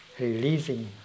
releasing